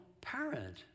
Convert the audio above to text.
parent